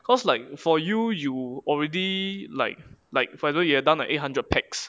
cause like for you you already like like for example you have done like eight hundred pax